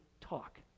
talk